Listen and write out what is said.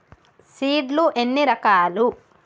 Seed లు ఎన్ని రకాలు?